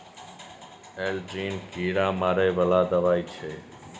Aldrin कीरा मारै बला दवाई छै